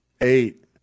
eight